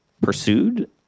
pursued